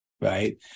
right